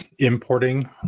Importing